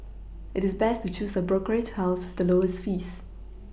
it is best to choose a brokerage house with the lowest fees